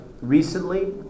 recently